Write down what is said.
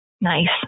nice